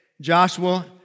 Joshua